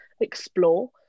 explore